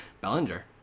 Bellinger